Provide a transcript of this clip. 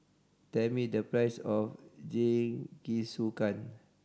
tell me the price of Jingisukan